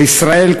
בישראל,